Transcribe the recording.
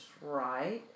right